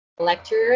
lecturer